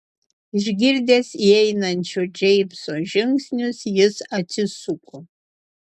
išgirdęs įeinančio džeimso žingsnius jis atsisuko